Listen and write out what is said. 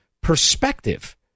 perspective